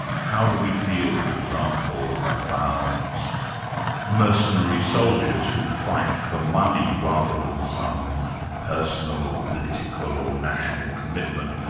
how do we feel, for example, about mercenary soldiers who fight for money rather than some personal, political or national commitment?